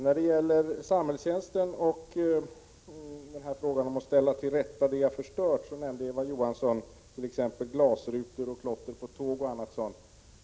När det gäller samhällstjänsten och frågan om att ställa till rätta det man har förstört nämnde Eva Johansson t.ex. krossade glasrutor, klotter på tåg och annat sådant.